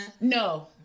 No